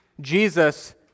Jesus